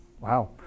wow